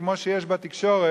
כמו שיש בתקשורת,